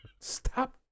Stop